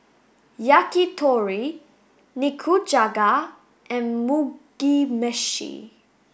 Yakitori Nikujaga and Mugi meshi